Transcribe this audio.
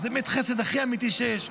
זה החסד הכי אמיתי שיש.